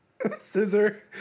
Scissor